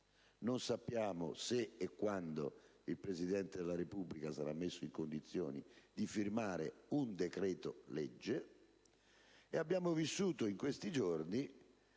Non sappiamo se e quando il Presidente della Repubblica sarà messo in condizioni di firmare un decreto-legge, e in questi giorni